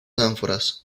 ánforas